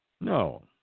No